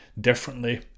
Differently